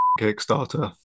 Kickstarter